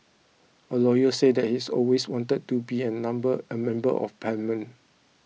a lawyer says that he had always wanted to be a number a member of parliament